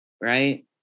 right